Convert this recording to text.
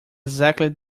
exactly